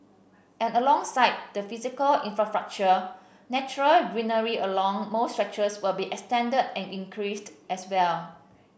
and alongside the physical infrastructure natural greenery along most stretches will be extended and increased as well